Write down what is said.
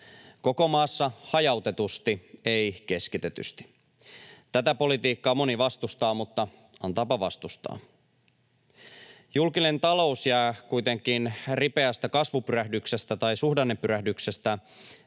Koko maassa hajautetusti, ei keskitetysti — tätä politiikkaa moni vastustaa, mutta antaapa vastustaa. Julkinen talous jää kuitenkin ripeän suhdannepyrähdyksen